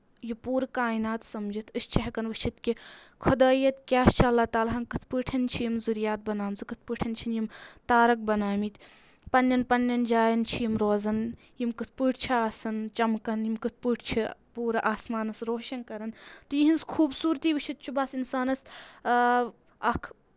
یہِ پوٗرٕ کایِنات سَمجِتھ أسۍ چھِ ہؠکان وٕچھِتھ کہِ خُدایت کیاہ چَلان تَلہ کِتھ پٲٹھۍ چھِ یِم ظُریات بَناومژٕ کِتھ پٲٹھۍ چھِن یِم تارک بَنٲومتۍ پَنٕنؠن پَنٕنؠن جایَن چھِ یِم روزان یِم کِتھ پٲٹھۍ چھِ آسان چَمکان یِم کِتھ پٲٹھۍ چھِ پوٗرٕ آسمانَس روشَن کَران تہٕ یِہٕنٛز خوٗبصوٗرتی وٕچھِتھ چھُ بَس اِنسانَس اَکھ